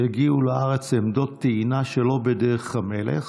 יגיעו לארץ עמדות טעינה שלא בדרך המלך,